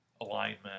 alignment